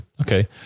Okay